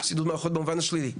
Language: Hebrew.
במובן השלילי.